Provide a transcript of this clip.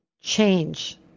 change